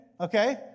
okay